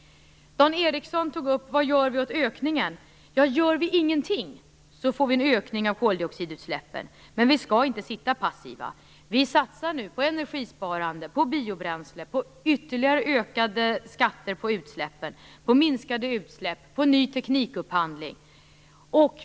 Dan Ericsson tog upp frågan om vad vi gör åt ökningen. Ja, gör vi ingenting får vi en ökning av koldioxidutsläppen, men vi skall inte sitta passiva. Vi satsar nu på energisparande, biobränsle, ytterligare ökade skatter på utsläppen, minskade utsläpp och ny teknikupphandling.